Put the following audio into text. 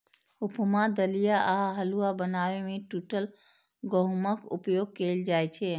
उपमा, दलिया आ हलुआ बनाबै मे टूटल गहूमक उपयोग कैल जाइ छै